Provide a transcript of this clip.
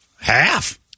Half